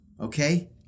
okay